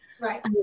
Right